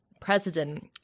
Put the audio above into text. president